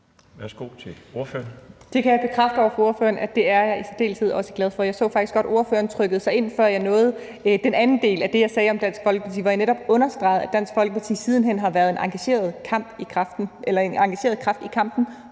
Mette Abildgaard (KF): Det kan jeg bekræfte over for ordføreren at jeg i særdeleshed også er glad for. Jeg så faktisk godt, at ordføreren trykkede sig ind, før jeg nåede den anden del af det, jeg sagde om Dansk Folkeparti, hvor jeg netop understregede, at Dansk Folkeparti siden hen har været en engageret kraft i kampen